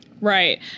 Right